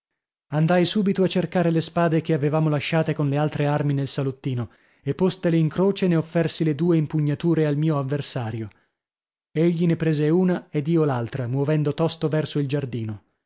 andai subito a cercare le spade che avevamo lasciate con le altre armi nel salottino e postele in croce ne offersi le due impugnature al mio avversario egli ne prese una ed io l'altra muovendo tosto verso il giardino